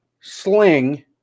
sling